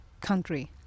country